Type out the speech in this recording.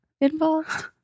involved